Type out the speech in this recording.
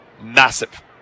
massive